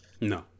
No